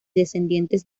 descendientes